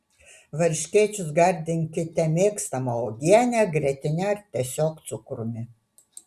varškėčius gardinkite mėgstama uogiene grietine ar tiesiog cukrumi